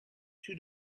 two